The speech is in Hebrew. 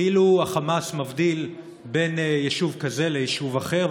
כאילו החמאס מבדיל בין יישוב כזה ליישוב אחר,